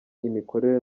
imikorere